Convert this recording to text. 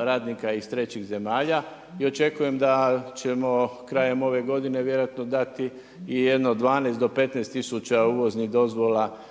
radnika iz trećih zemalja i očekujem da ćemo krajem ove godine vjerojatno dati i jedno 12 do 15000 uvoznih dozvola,